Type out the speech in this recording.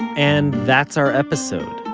and that's our episode.